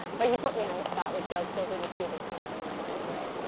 but you put me on the spot with jokes. those are the two that came to mind right away.